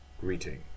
greeting